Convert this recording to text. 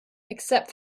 except